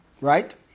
Right